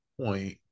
point